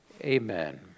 Amen